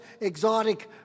Exotic